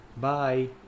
Bye